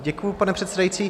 Děkuji, pane předsedající.